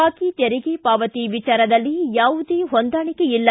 ಬಾಕಿ ತೆರಿಗೆ ಪಾವತಿ ವಿಚಾರದಲ್ಲಿ ಯಾವುದೇ ಹೊಂದಾಣಿಕೆಯಿಲ್ಲ